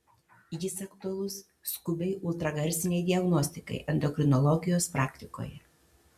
jis aktualus skubiai ultragarsinei diagnostikai endokrinologijos praktikoje